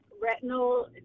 retinal